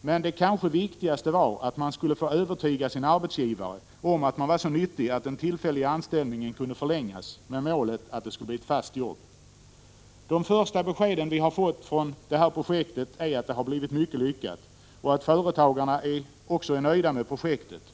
Men det kanske viktigaste var att man skulle kunna övertyga sin arbetsgivare om att man var så nyttig att den tillfälliga anställningen kunde förlängas, med målet att det skulle bli ett fast jobb. De första beskeden vi fått från detta projekt är att det har blivit lyckat och att företagarna också är nöjda med det.